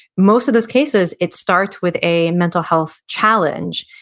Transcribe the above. most of those cases, it starts with a mental health challenge.